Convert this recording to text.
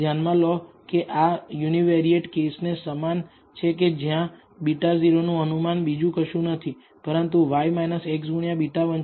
ધ્યાનમાં લો કે આ યુનીવેરીયેટ કેસ ને સમાન છે કે જ્યાં β0 નુ અનુમાન બીજું કશું નહીં પરંતુ y x ગુણ્યા β1 છે